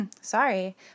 Sorry